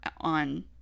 on